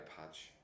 patch